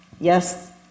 Yes